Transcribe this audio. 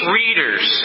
readers